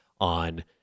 on